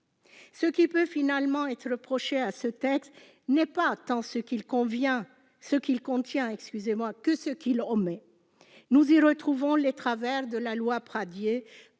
ce qui peut surtout être reproché à ce texte, finalement, n'est pas tant ce qu'il contient que ce qu'il omet. Nous y retrouvons les travers de la loi Pradié,